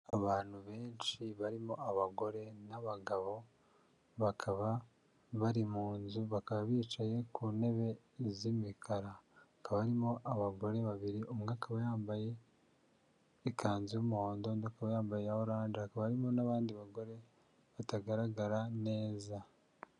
Abantu benshi barimo abagore n'abagabo, bakaba bari mu nzu, bakaba bicaye ku ntebe z'imikara. Hakabamo abagore babiri: umwe akaba yambaye ikanzu y'umuhondo, undi akaba yambaye iya oranje, hakaba harimo n'abandi bagore batagaragara neza.